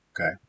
okay